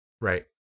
Right